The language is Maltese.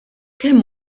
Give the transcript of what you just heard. kemm